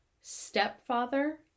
stepfather